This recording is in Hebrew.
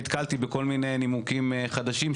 ואז נתקלתי בכל מיני נימוקים חדשים,